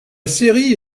série